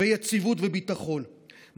יציבות וביטחון,